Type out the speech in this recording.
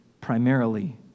primarily